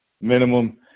minimum